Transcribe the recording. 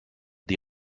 die